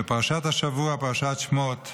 בפרשת השבוע, פרשת שמות,